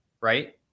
Right